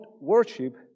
worship